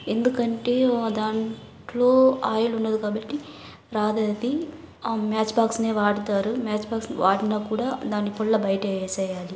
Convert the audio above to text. ఎందుకంటే దాంట్లో ఆయిల్ ఉండదు కాబట్టి రాదది మ్యాచ్ బాక్స్ నే వాడతారు మ్యాచ్ బాక్స్ వాడినా కూడా దాని పుల్ల బయట వేసేయాలి